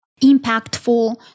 impactful